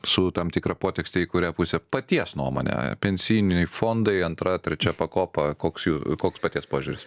su tam tikra potekste į kurią pusę paties nuomonė pensijiniai fondai antra trečia pakopa koks jų koks paties požiūris